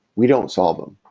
we don't solve them,